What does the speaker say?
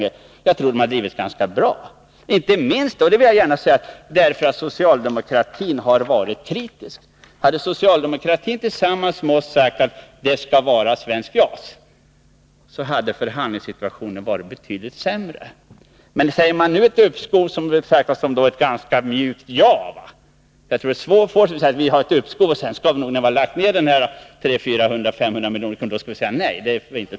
Men jag tror att de skött förhandlingarna ganska bra, inte minst — det vill jag gärna säga — därför att socialdemokratin varit kritisk. Hade socialdemokraterna i slutet av förra året tillsammans med oss sagt att vi skall ha svenska JAS, hade förhandlingssituationen kanske varit sämre än den var. Men om vi nu beslutar om uppskov kommer det att uppfattas som ett ganska mjukt ja. Det är nämligen inte trovärdigt att vi skulle komma att säga nej efter att ha lagt ned dessa 300, 400 eller kanske 500 milj.kr. ytterligare.